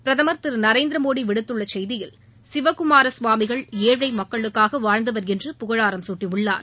பிரதமர் திரு நரேந்திர மோடி விடுத்துள்ள செய்தியில் சிவக்குமார சுவாமிகள் ஏழை மக்களுக்காக வாழ்ந்தவர் என்று புகழாரம் சூட்டியுள்ளார்